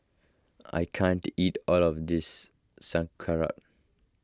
I can't eat all of this Sauerkraut